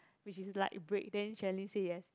which is like break then Sherilyn say yes